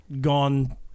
gone